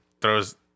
throws